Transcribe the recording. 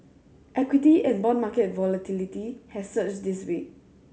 equity and bond market volatility has surged this week